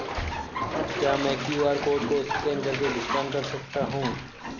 क्या मैं QR code को स्कैन करके भुगतान कर सकता हूं?